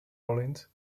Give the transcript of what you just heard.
rollins